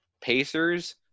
Pacers